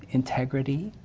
integrity,